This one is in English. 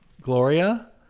Gloria